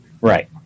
right